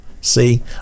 see